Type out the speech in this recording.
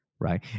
Right